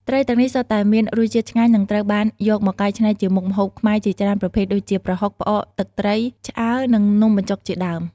ត្រីទាំងនេះសុទ្ធតែមានរសជាតិឆ្ងាញ់ និងត្រូវបានយកមកកែច្នៃជាមុខម្ហូបខ្មែរជាច្រើនប្រភេទ ដូចជា ប្រហុក ផ្អក ទឹកត្រី ឆ្អើរ និងនំបញ្ចុកជាដើម។